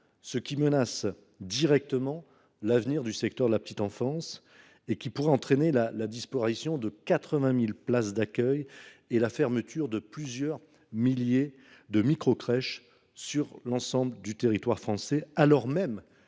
ce qui menace directement l’avenir du secteur de la petite enfance. En effet, les nouvelles normes pourraient entraîner la disparition de 80 000 places d’accueil et la fermeture de plusieurs milliers de microcrèches sur l’ensemble du territoire français, alors même